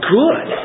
good